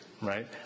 Right